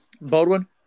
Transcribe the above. Baldwin